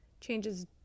changes